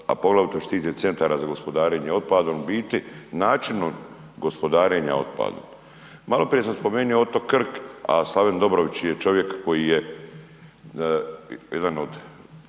a poglavito što se tiče CGO-a, u biti načinom gospodarenja otpadom. Maloprije sam spomenuo otok Krk a Slave Dobrović je čovjek koji je, jedan od,